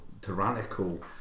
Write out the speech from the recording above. tyrannical